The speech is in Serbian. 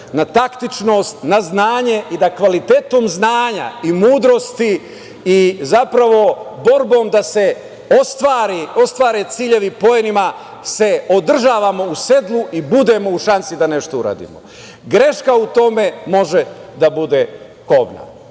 na taktičnost, na znanje i da kvalitetom znanja i mudrosti i zapravo borbom da se ostvare ciljevi poenima, se održavamo u sedlu i budemo u šansi da nešto uradimo. Greška u tome može da bude kobna. Hvala